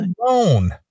alone